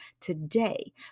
Today